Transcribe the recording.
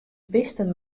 bisten